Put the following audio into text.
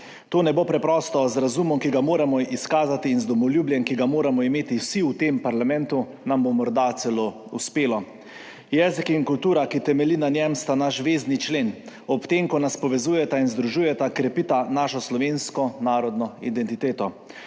To ne bo preprosto, z razumom, ki ga moramo izkazati, in z domoljubjem, ki ga moramo imeti vsi v tem parlamentu, nam bo morda celo uspelo. Jezik in kultura, ki temelji na njem, sta naša vezna člena. Ob tem, ko nas povezujeta in združujeta, krepita našo slovensko narodno identiteto.